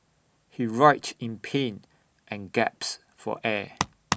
he writhed in pain and for air